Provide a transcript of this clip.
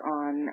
on